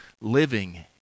living